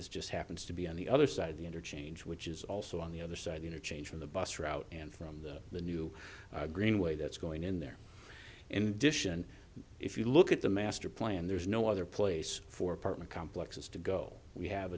is just happens to be on the other side of the interchange which is also on the other side you know change from the bus route and from the the new greenway that's going in there and dish and if you look at the master plan there's no other place for apartment complexes to go we have